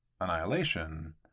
annihilation